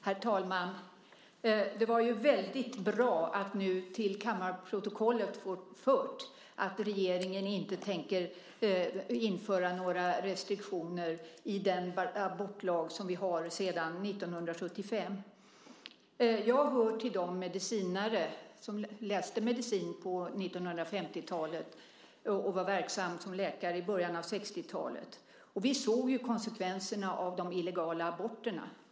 Herr talman! Det var väldigt bra att till kammarprotokollet få fört att regeringen inte tänker införa några restriktioner i den abortlag som vi har sedan 1975. Jag hör till de medicinare som läste medicin på 1950-talet och var verksamma som läkare i början av 60-talet. Vi såg konsekvenserna av de illegala aborterna.